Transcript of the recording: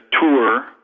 tour